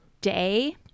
Day